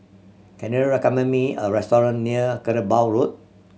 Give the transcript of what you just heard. can you recommend me a restaurant near Kerbau Road